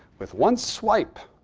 with one swipe,